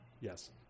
Yes